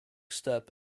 step